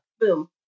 Boom